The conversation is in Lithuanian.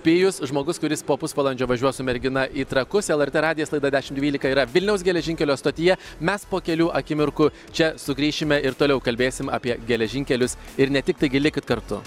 pijus žmogus kuris po pusvalandžio važiuos su mergina į trakus lrt radijas laida dešim dvylika yra vilniaus geležinkelio stotyje mes po kelių akimirkų čia sugrįšime ir toliau kalbėsim apie geležinkelius ir ne tik taigi likit kartu